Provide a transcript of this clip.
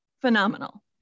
phenomenal